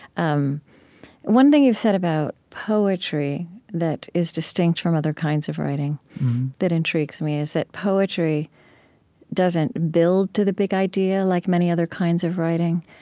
um one thing you've said about poetry that is distinct from other kinds of writing that intrigues me is that poetry doesn't build to the big idea like many other kinds of writing,